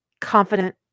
confident